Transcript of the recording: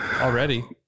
already